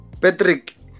Patrick